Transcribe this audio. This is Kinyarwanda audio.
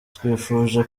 twifuje